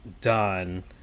done